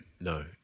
No